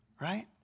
Right